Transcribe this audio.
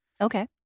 Okay